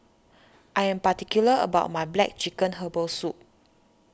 I am particular about my Black Chicken Herbal Soup